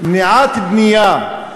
מניעת בנייה,